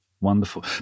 Wonderful